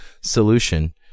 solution